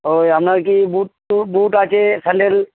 ও আপনার কি boot to boot আছে স্যান্ডেল